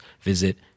visit